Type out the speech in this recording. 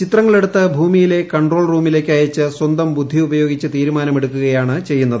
ചിത്രങ്ങളെടുത്ത് ഭൂമിയിലെ കൺട്രോൺ റൂമിലേക്ക് അയച്ച് സ്വന്തം ബുദ്ധി ഉപയോഗിച്ച് തീരുമാനം എടുക്കുകയുമാണ് ചെയ്യുന്നത്